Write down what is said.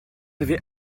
avez